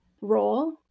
role